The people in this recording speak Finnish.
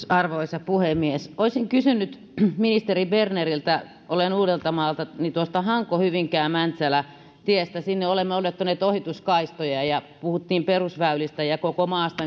arvoisa puhemies olisin kysynyt ministeri berneriltä olen uudeltamaalta tuosta hanko hyvinkää mäntsälä tiestä sinne olemme odottaneet ohituskaistoja puhuttiin perusväylistä ja koko maasta